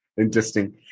Interesting